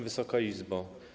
Wysoka Izbo!